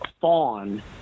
fawn